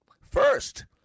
first